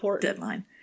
deadline